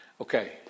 Okay